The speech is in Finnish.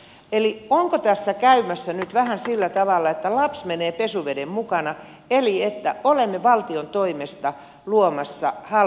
eli onko tässä käymässä nyt vähän sillä tavalla että lapsi menee pesuveden mukana eli että olemme valtion toimesta luomassa halpatyömarkkinat